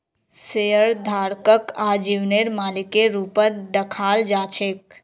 शेयरधारकक आजीवनेर मालिकेर रूपत दखाल जा छेक